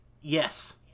yes